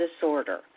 disorder